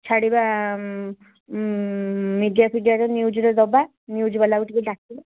ଛାଡ଼ିବା ମିଡ଼ିଆ ଫିଡ଼ିଆରେ ନିଉଜ୍ରେ ଦେବା ନିଉଜ୍ ବାଲାକୁ ଟିକିଏ ଡାକିବା